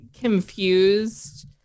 confused